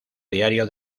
diario